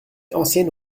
ancienne